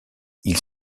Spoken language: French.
ils